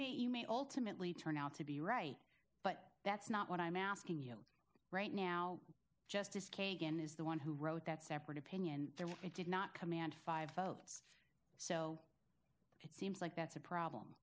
mean you may ultimately turn out to be right but that's not what i'm asking you right now justice kagan is the one who wrote that separate opinion there were it did not command five votes so it seems like that's a problem